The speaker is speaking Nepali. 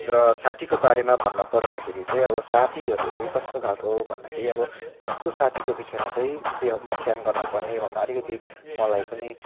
र साथीको बारेमा भन्नुपर्दाखेरि चाहिँ अब साथीहरू चाहिँ कस्तो खालको भन्दाखेरि अब कस्तो साथीको विषयमा चाहिँ व्य व्यख्यान गर्नुपर्ने भन्दा अलिकति मलाई पनि